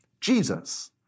Jesus